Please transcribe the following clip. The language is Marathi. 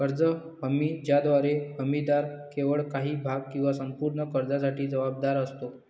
कर्ज हमी ज्याद्वारे हमीदार केवळ काही भाग किंवा संपूर्ण कर्जासाठी जबाबदार असतो